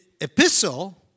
epistle